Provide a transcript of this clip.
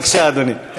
בבקשה, אדוני.